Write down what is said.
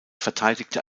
verteidigte